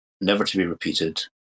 never-to-be-repeated